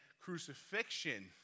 crucifixion